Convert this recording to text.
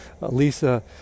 Lisa